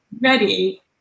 ready